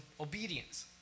obedience